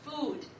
food